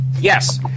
yes